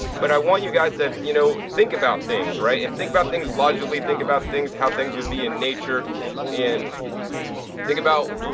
but i want you guys to, you know, think about things, right. and think about things logically, think about things, how things would be in nature and think about,